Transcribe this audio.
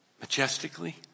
majestically